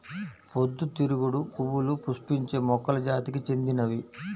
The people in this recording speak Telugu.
పొద్దుతిరుగుడు పువ్వులు పుష్పించే మొక్కల జాతికి చెందినవి